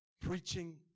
preaching